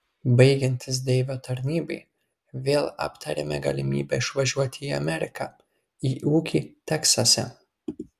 baigiantis deivio tarnybai vėl aptarėme galimybę išvažiuoti į ameriką į ūkį teksase